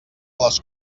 les